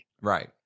right